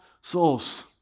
souls